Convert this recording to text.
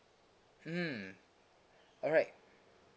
mm alright